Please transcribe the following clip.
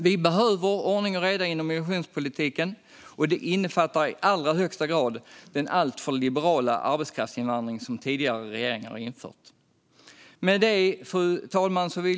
Vi behöver ordning och reda inom migrationspolitiken, och det innefattar i allra högsta grad den alltför liberala arbetskraftsinvandring som tidigare regeringar har infört. Fru talman!